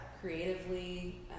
creatively